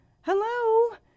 Hello